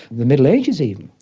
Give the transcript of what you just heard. the middle ages even,